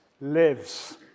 lives